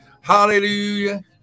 Hallelujah